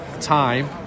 time